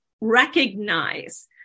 recognize